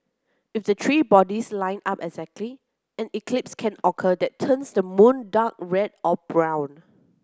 if the three bodies line up exactly an eclipse can occur that turns the moon dark red or brown